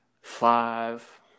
five